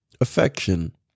affection